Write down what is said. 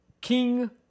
King